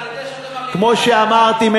כמו שאמרתי,